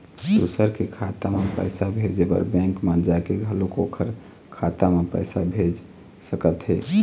दूसर के खाता म पइसा भेजे बर बेंक म जाके घलोक ओखर खाता म पइसा भेज सकत हे